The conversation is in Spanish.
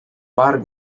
par